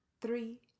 Three